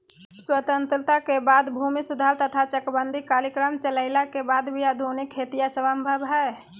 स्वतंत्रता के बाद भूमि सुधार तथा चकबंदी कार्यक्रम चलइला के वाद भी आधुनिक खेती असंभव हई